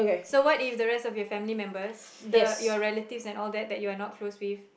so what if the rest of your family members the your relative and all that that you are no close with